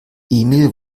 emil